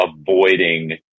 avoiding